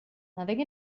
nothing